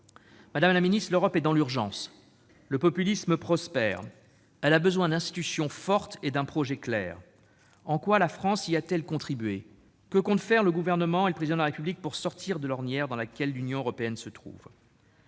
Madame la secrétaire d'État, l'Europe est dans l'urgence. Alors que le populisme prospère, elle a besoin d'institutions fortes et d'un projet clair. En quoi la France y a-t-elle contribué ? Que comptent faire le Gouvernement et le Président de la République pour sortir de l'ornière dans laquelle l'Union européenne se trouve ?